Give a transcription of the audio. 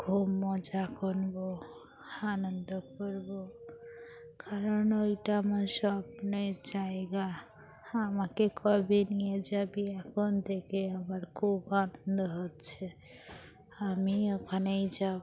খুব মজা করবো আনন্দ করবো কারণ ওইটা আমার স্বপ্নের জায়গা আমাকে কবে নিয়ে যাবি এখন থেকে আমার খুব আনন্দ হচ্ছে আমি ওখানেই যাব